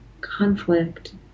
conflict